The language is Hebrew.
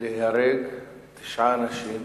להיהרג תשעה אנשים